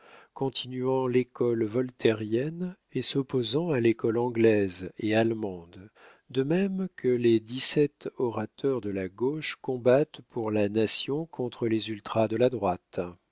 continuant l'école voltairienne et s'opposant à l'école anglaise et allemande de même que les dix-sept orateurs de la gauche combattent pour la nation contre les ultras de la droite